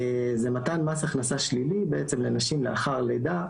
זה מתן מס הכנסה שלילי לנשים לאחר לידה,